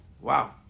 Wow